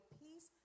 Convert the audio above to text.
peace